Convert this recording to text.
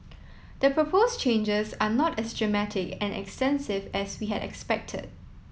the propose changes are not as dramatic and extensive as we had expected